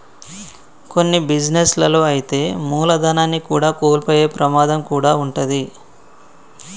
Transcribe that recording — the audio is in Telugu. కొన్ని బిజినెస్ లలో అయితే మూలధనాన్ని కూడా కోల్పోయే ప్రమాదం కూడా వుంటది